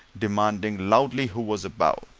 demanding loudly who was above.